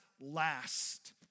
last